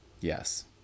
Yes